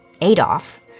Adolf